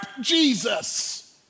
Jesus